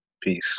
peace